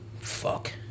fuck